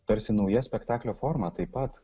tarsi nauja spektaklio forma taip pat